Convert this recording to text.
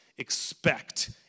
expect